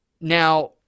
Now